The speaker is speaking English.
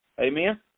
Amen